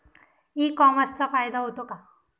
E कॉमर्सचा फायदा होतो का?